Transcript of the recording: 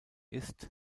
ist